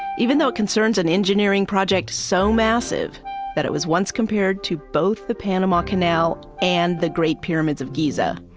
even though it concerns an engineering project so massive that it was once compared to both the panama canal and the great pyramids of giza.